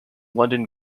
london